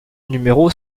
numéro